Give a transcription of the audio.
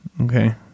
Okay